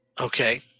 Okay